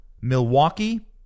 Milwaukee